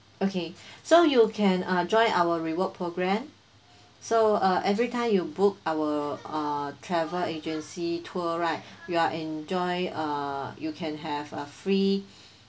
okay so you can uh join our reward program so uh every time you book our uh travel agency tour right you are enjoy uh you can have a free